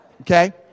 Okay